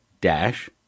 dash